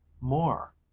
more